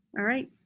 alright.